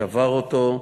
שבר אותו,